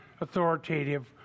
authoritative